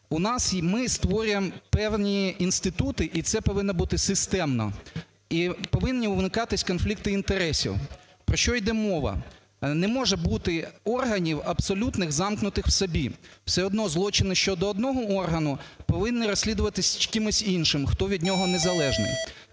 Ми створюємо певні інститути і це повинно бути системно, і повинні уникатися конфлікти інтересів. Про що йде мова? Не може бути органів абсолютних, замкнутих в собі, все одно злочини щодо одного органу, повинні розслідуватися кимось іншим, хто від нього незалежний.